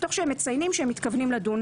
תוך שהם מציינים שהם מתכוונים לדון